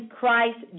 Christ